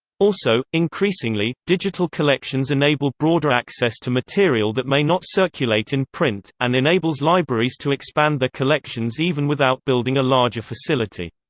also, increasingly, digital collections enable broader access to material that may not circulate in print, and enables libraries to expand their collections even without building a larger facility.